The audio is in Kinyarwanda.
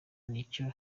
nicyo